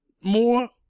more